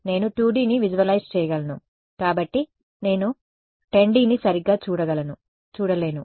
నేను 2D ని visualise చేయగలను కాబట్టి నేను 10D ని సరిగ్గా చూడలేను